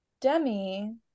Demi